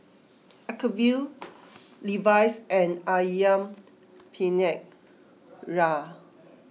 Acuvue Levi's and Ayam Penyet Ria